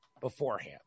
beforehand